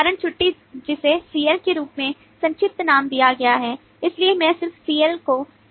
कारण छुट्टी जिसे सीएल के रूप में संक्षिप्त नाम दिया गया है इसलिए मैं सिर्फ CL को संज्ञा के रूप में उपयोग कर रहा हूं